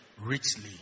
richly